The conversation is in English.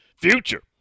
future